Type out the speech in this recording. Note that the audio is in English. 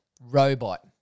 Robot